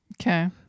Okay